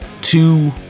two